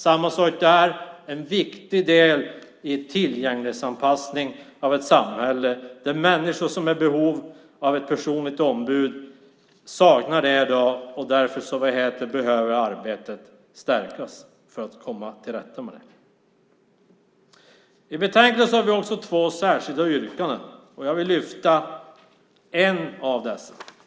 Det är en viktig del i tillgänglighetsanpassningen av ett samhälle där människor som är i behov av ett personligt ombud saknar ett sådant. Därför behöver arbetet stärkas för att komma till rätta med det. I betänkandet finns två särskilda yrkanden. Jag vill lyfta fram ett av dem.